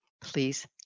Please